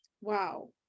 Wow